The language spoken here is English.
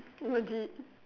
legit